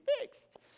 fixed